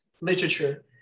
literature